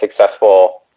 successful